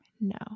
No